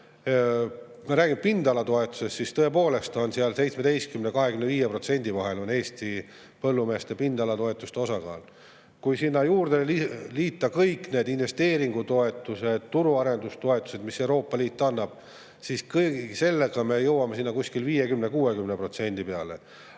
me räägime pindalatoetusest, siis tõepoolest on seal 17% ja 25% vahel Eesti põllumeeste pindalatoetuste osakaal. Kui sinna juurde liita kõik investeeringutoetused ja turuarendustoetused, mida Euroopa Liit annab, siis me jõuame kuskile 50–60% peale.